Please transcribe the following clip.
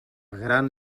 gran